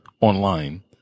online